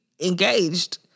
engaged